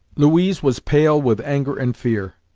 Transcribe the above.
louise was pale with anger and fear,